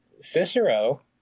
Cicero